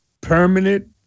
permanent